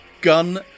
gun